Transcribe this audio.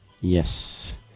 Yes